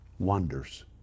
wonders